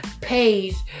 pays